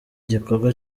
gikorwa